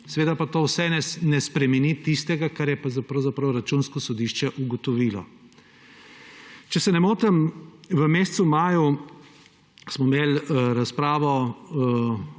Seveda pa to vse ne spremeni tistega, kar je pa pravzaprav Računsko sodišče ugotovilo. Če se ne motim, v mesecu maju smo imeli razpravo